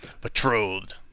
Betrothed